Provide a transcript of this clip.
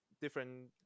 Different